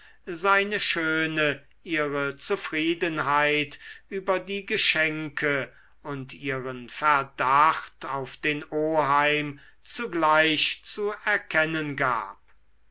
seine schöne ihre zufriedenheit über die geschenke und ihren verdacht auf den oheim zugleich zu erkennen gab